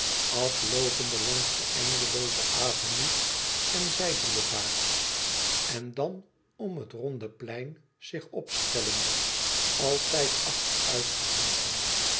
afloopende langs de eindelooze avenue en zij boulevards en dan om het ronde plein zich opstellende altijd achteruitgehouden